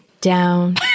down